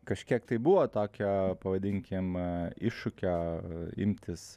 kažkiek tai buvo tokio pavadinkim iššūkio imtis